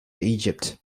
egypt